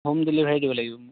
home delivery দিব লাগিব মোক